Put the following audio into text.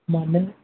মানে